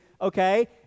okay